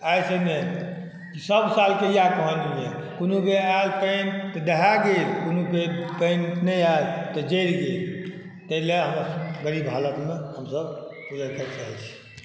आइसँ नहि सब सालके इएह कहानी अछि कोनो बेर आयल पानि तऽ दहाए गेल कोनो बेर पानि नहि आयल तऽ जरि गेल ताहि लए गरीब हालत मे हमसब गुजर करैत रहै छी